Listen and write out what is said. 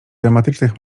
dramatycznych